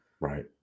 Right